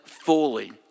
fully